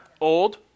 old